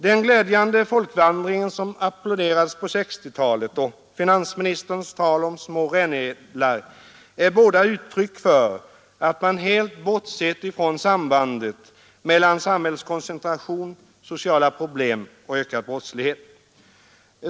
Den glädjande folkvandringen som applåderades på 1960-talet och finansministerns små rännilar är båda uttryck för att man helt har bortsett från sambandet mellan samhällets koncentration, sociala problem och en ökad brottslighet.